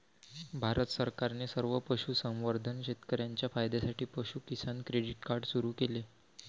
भारत सरकारने सर्व पशुसंवर्धन शेतकर्यांच्या फायद्यासाठी पशु किसान क्रेडिट कार्ड सुरू केले